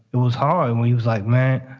it was high. and he was like, man,